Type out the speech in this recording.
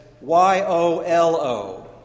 Y-O-L-O